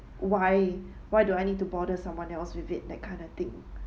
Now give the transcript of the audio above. why why do I need to bother someone else with it that kind of thing